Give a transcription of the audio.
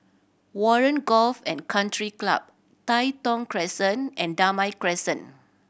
Warren Golf and Country Club Tai Thong Crescent and Damai Crescent